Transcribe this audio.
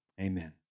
Amen